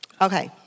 Okay